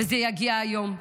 וזה יגיע היום.